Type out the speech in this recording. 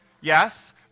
Yes